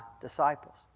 disciples